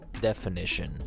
definition